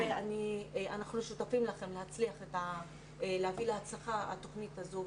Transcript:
אנחנו שותפים לכם להביא להצלחתה של התוכנית הזו,